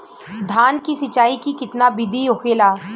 धान की सिंचाई की कितना बिदी होखेला?